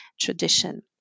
tradition